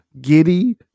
Giddy